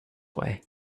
way